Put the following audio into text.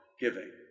giving